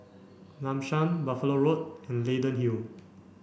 Lam San Buffalo Road and Leyden Hill